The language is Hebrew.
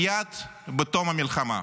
מייד בתום המלחמה.